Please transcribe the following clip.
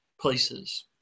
places